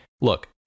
look